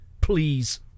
Please